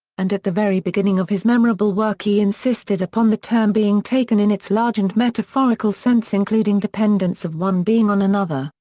and at the very beginning of his memorable work he insisted upon the term being taken in its large and metaphorical sense including dependence of one being on another,